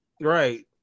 Right